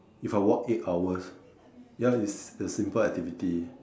if I walk eight hours ya is a simple activity